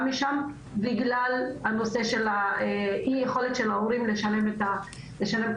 משם בגלל הנושא של אי יכולת של ההורים לשלם את הדרגה.